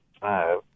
five